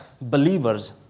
believers